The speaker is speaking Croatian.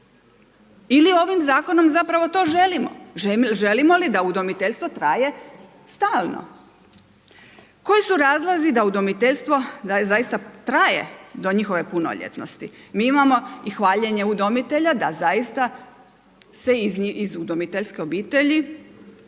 Ili ovim zakonom zapravo to želimo? Želimo li da udomiteljstvo traje stalno? Koji su razlozi da udomiteljstvo da zaista traje do njihove punoljetnosti? Mi imamo i hvaljenje udomitelja da zaista se iz udomiteljske obitelji